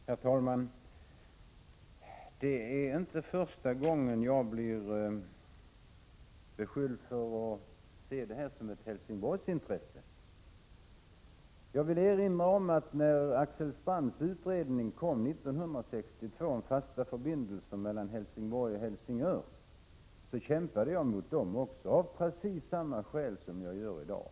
Herr talman! Det är inte första gången jag blir beskylld för att se detta som | ett Helsingborgsintresse. Jag vill erinra om att när Axel Strands utredning om | fasta förbindelser mellan Helsingborg och Helsingör kom 1962 kämpade jag också emot, av precis samma skäl som jag gör i dag.